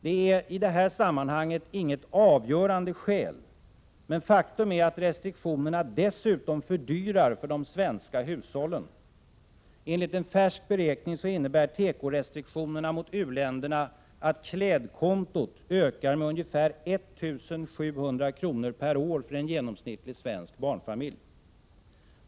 Det är i det här sammanhanget inget avgörande skäl, men faktum är att restriktionerna dessutom fördyrar för de svenska hushållen. Enligt en färsk beräkning innebär tekorestriktionerna mot u-länderna att klädkontot ökar med ungefär 1 700 kr. per år för en genomsnittlig svensk barnfamilj.